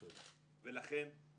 ואין סתירה גדולה מזו